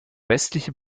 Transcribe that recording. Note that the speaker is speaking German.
westliche